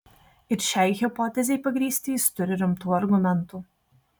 ir šiai hipotezei pagrįsti jis turi rimtų argumentų